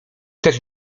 też